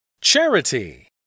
charity